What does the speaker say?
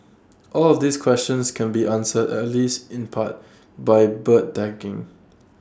all of these questions can be answered at least in part by bird tagging